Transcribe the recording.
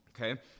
Okay